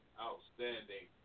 Outstanding